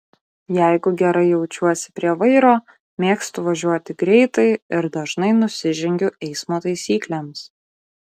jeigu gerai jaučiuosi prie vairo mėgstu važiuoti greitai ir dažnai nusižengiu eismo taisyklėms